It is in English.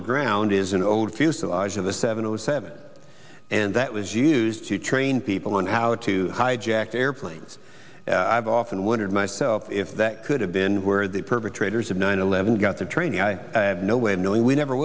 the ground is an old fuselage of the seven hundred seven and that was used to train people on how to hijack airplanes i've often wondered myself if that could have been where the perpetrators of nine eleven got the training no way of knowing we never